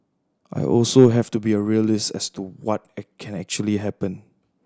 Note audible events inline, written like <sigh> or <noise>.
I also have to be a realist as to what <unintelligible> can actually happen